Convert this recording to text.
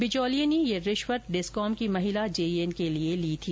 बिचौलिए ने यह रिश्वत डिस्कॉम की महिला जेईएन के लिए ली थी